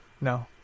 No